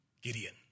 Gideon